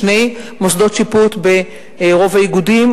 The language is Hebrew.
יש שני מוסדות שיפוט ברוב האיגודים,